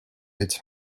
it’s